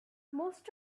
most